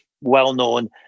well-known